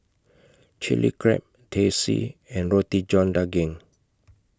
Chilli Crab Teh C and Roti John Daging